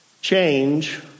Change